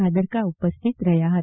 ભાદરકા ઉપસ્થિત રહ્યા હતા